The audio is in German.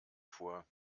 vor